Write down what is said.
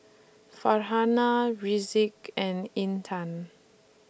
Farhanah Rizqi and Intan